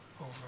over